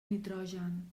nitrogen